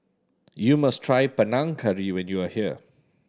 you must try Panang Curry when you are here